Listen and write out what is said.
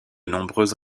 nombreuses